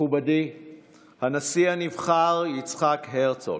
מכובדי הנשיא הנבחר יצחק הרצוג,